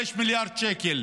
5 מיליארד שקל: